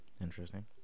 Interesting